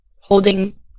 holding